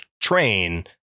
train